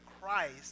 Christ